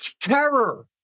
terror